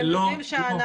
אתה יודע שנערים